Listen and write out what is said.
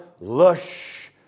lush